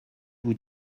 vous